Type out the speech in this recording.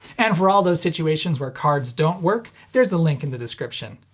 and for all those situations where cards don't work, there's a link in the description.